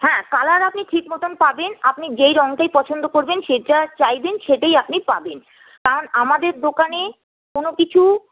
হ্যাঁ কালার আপনি ঠিক মত পাবেন আপনি যেই রঙটাই পছন্দ করবেন সেটা চাইবেন সেইটাই আপনি পাবেন কারণ আমাদের দোকানে কোনওকিছু